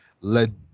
led